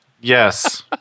Yes